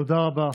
תודה רבה.